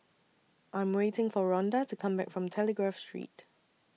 I Am waiting For Ronda to Come Back from Telegraph Street